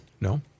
No